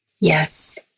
yes